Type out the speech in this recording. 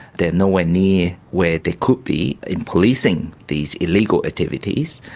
they're nowhere near where they could be in policing these illegal activities,